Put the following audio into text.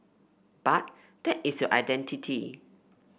but that is your identity